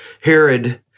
Herod